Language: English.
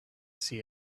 see